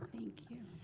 thank you.